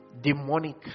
demonic